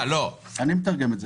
אני מתרגם את זה כך.